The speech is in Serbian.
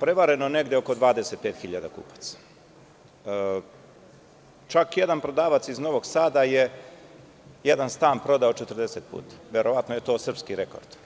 prevareno negde oko 25.000 kupaca, čak jedan prodavac iz Novog Sada je jedan stan prodao 40 puta, verovatno je to srpski rekord.